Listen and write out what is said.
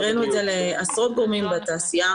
הראינו את זה לעשרות גורמים בתעשייה,